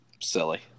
silly